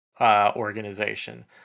organization